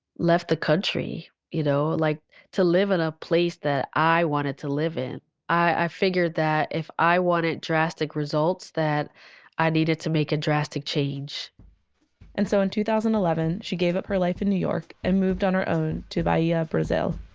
left the country you know, like to live in a place that i wanted to live in i figured that if i wanted drastic results, i needed to make a drastic change and so in two thousand and eleven, she gave up her life in new york and moved on her own, to bahia, brazil